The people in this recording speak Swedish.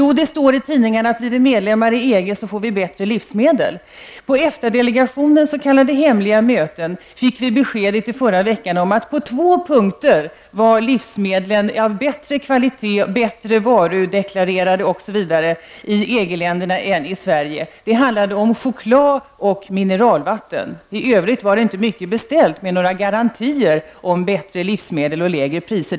Jo, det står i tidningarna att om vi blir medlemmar i EG får vi bättre livsmedel. På EFTA-delegationens s.k. hemliga möten fick vi i förra veckan besked om att livsmedlen i två fall var av bättre kvalitet, bättre varudeklarerade i EG-länderna än i Sverige. Det handlade om choklad och mineralvatten. I övrigt var det inte mycket beställt med garantier beträffande lägre priser och bättre kvalitet på livsmedel.